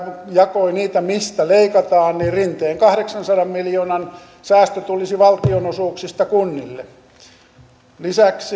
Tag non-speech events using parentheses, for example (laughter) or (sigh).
jakoi niitä mistä leikataan niin rinteen kahdeksansadan miljoonan säästö tulisi valtionosuuksista kunnille lisäksi (unintelligible)